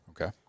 okay